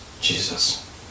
Jesus